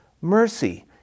mercy